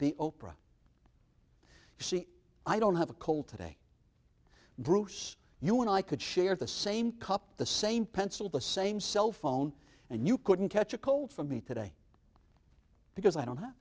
the oprah see i don't have a cold today bruce you and i could share the same cup the same pencil the same cell phone and you couldn't catch a cold for me today because i don't know